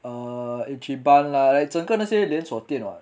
err ichiban lah like 整个那些连锁店 lah